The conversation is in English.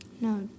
No